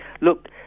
look